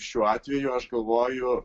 šiuo atveju aš galvoju